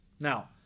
Now